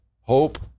hope